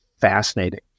fascinating